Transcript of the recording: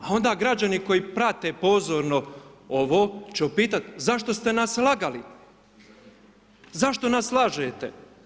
A onda građani koji prate pozorno ovo, će upitati, zašto ste nas lagali, zašto nas lažete?